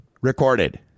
recorded